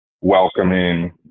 welcoming